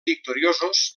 victoriosos